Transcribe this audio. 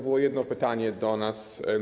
Było jedno pytanie do nas.